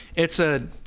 it said,